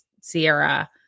Sierra